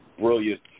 brilliant